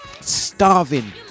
starving